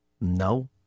No